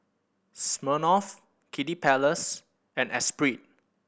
Smirnoff Kiddy Palace and Espirit